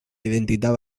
identitat